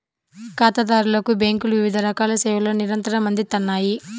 ఖాతాదారులకు బ్యేంకులు వివిధ రకాల సేవలను నిరంతరం అందిత్తన్నాయి